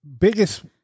biggest